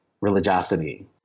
religiosity